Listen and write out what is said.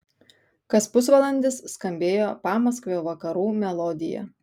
kas pusvalandis skambėjo pamaskvio vakarų melodija